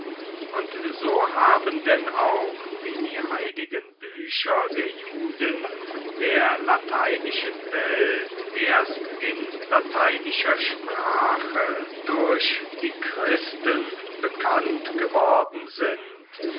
und so haben denn auch wie die heiligen bücher der juden der lateinischen welt erst in lateinischer sprache durch die christen bekannt geworden sind